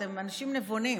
אתם אנשים נבונים.